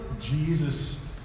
Jesus